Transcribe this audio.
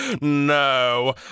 No